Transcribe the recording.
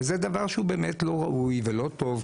וזה דבר שהוא באמת לא ראוי ולא טוב.